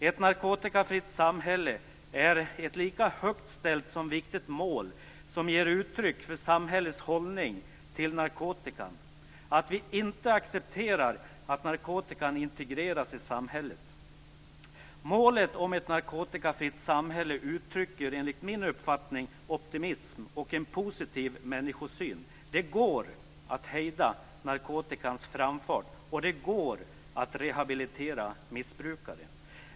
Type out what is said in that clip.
Ett narkotikafritt samhälle är ett lika högt ställt som viktigt mål som ger uttryck för samhällets hållning till narkotikan, att vi inte accepterar att narkotikan integreras i samhället. Målet om ett nakotikafritt samhälle uttrycker, enligt min uppfattning, optimism och en positiv människosyn. Det går att hejda narkotikans framfart, och det går att rehabilitera missbrukare.